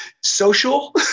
social